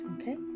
Okay